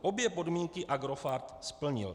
Obě podmínky Agrofert splnil.